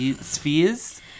spheres